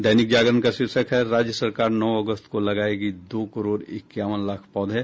दैनिक जागरण का शीर्षक है राज्य सरकार नौ अगस्त को लगायेगी दो करोड़ इक्यावन लाख पौधे